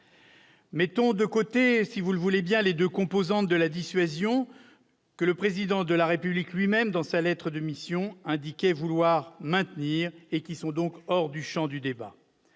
Mettons de côté les deux composantes de la dissuasion, que le Président de la République lui-même, dans sa lettre de mission, indiquait vouloir maintenir et qui sont donc hors du champ du débat.